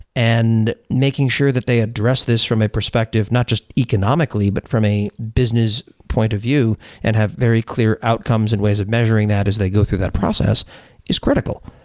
and making sure that they address this from a perspective not just economically, but from a business point of view and have very clear outcomes and ways of measuring that as they go through that process is critical.